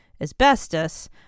asbestos